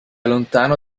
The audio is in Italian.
lontano